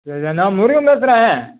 சரி நான் முருகன் பேசுகிறேன்